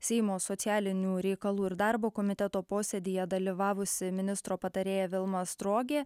seimo socialinių reikalų ir darbo komiteto posėdyje dalyvavusi ministro patarėja vilma astrogė